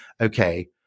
okay